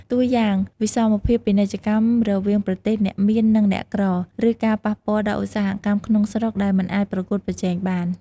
តួយ៉ាង វិសមភាពពាណិជ្ជកម្មរវាងប្រទេសអ្នកមាន និងអ្នកក្រ ឬការប៉ះពាល់ដល់ឧស្សាហកម្មក្នុងស្រុកដែលមិនអាចប្រកួតប្រជែងបាន។